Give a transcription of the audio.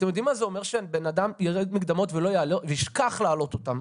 אתם יודעים מה זה אומר שבן אדם יוריד מקדמות וישכח להעלות אותם?